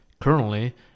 Currently